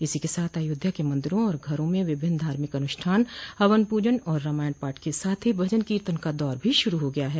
इसी के साथ अयोध्या के मंदिरों और घरों में विभिन्न धार्मिक अनुष्ठान हवन पूजन और रामायण पाठ के साथ ही भजन कीर्तन का दौर भी शुरू हो गया है